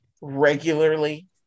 regularly